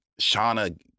Shauna